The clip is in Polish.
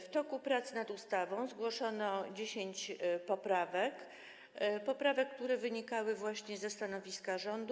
W toku prac nad ustawą zgłoszono 10 poprawek - poprawek, które wynikały właśnie ze stanowiska rządu.